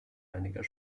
einiger